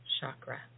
chakra